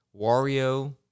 Wario